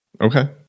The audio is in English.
Okay